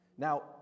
Now